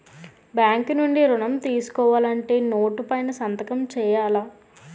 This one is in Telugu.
బ్యాంకు నుండి ఋణం తీసుకోవాలంటే నోటు పైన సంతకం సేయాల